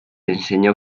enseñó